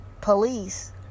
Police